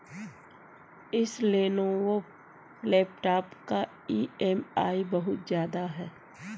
इस Lenovo laptop का EMI बहुत ज्यादा है